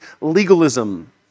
legalism